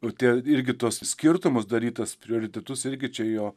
o tie irgi tuos skirtumus daryt tuos prioritetus irgi čia jo